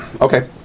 Okay